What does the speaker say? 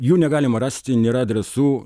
jų negalima rasti nėra adresų